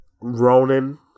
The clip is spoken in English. Ronan